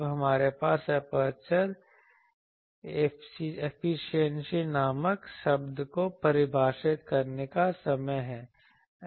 अब हमारे पास एपर्चर एफिशिएंसी नामक शब्द को परिभाषित करने का समय है